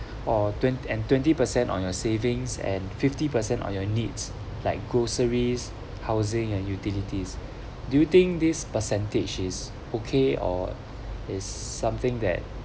or twenty and twenty percent on your savings and fifty percent on your needs like groceries housing and utilities do you think this percentage is okay or it's something that